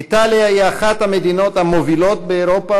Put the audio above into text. איטליה היא אחת המדינות המובילות באירופה